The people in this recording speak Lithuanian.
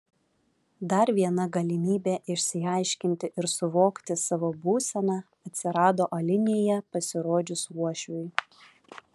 dar viena galimybė išsiaiškinti ir suvokti savo būseną atsirado alinėje pasirodžius uošviui